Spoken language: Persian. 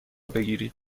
بگیرید